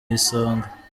isonga